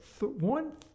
one